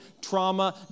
trauma